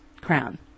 crown